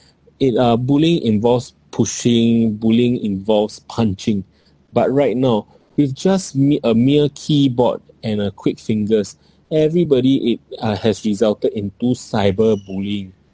it uh bullying involves pushing bullying involves punching but right now with just me~ a mere keyboard and uh quick fingers everybody i~ uh has resulted into cyberbullying